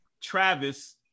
Travis